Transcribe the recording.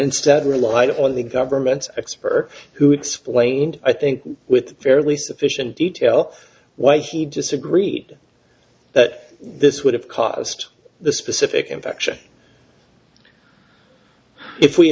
instead relied on the government's expert who explained i think with fairly sufficient detail why he disagreed that this would have cost the specific infection if we